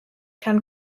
kann